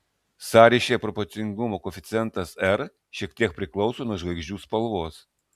sąryšyje proporcingumo koeficientas r šiek tiek priklauso nuo žvaigždžių spalvos